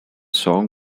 song